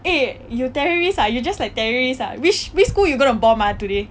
eh you terrorists ah you just like terrorist ah which which school you gonna bomb ah today